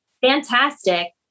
fantastic